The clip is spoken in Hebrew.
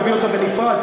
תביא אותה בנפרד,